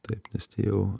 taip nes tie jau